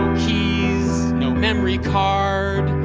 keys, no memory card,